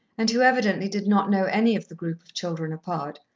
and who evidently did not know any of the group of children apart,